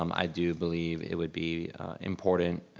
um i do believe it would be important,